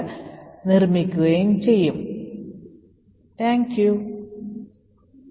അതിനാൽ അടുത്ത പ്രഭാഷണം വരെ ഇത് ചിന്തിക്കേണ്ട കാര്യമാണ് നന്ദി